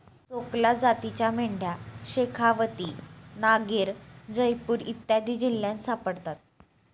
चोकला जातीच्या मेंढ्या शेखावती, नागैर, जयपूर इत्यादी जिल्ह्यांत सापडतात